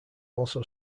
also